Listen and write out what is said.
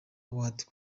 awards